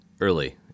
early